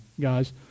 guys